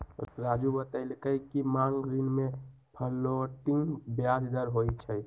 राज़ू बतलकई कि मांग ऋण में फ्लोटिंग ब्याज दर होई छई